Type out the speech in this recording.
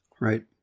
Right